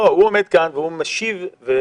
הוא עומד כאן ומשיב ליושבת-ראש הוועדה,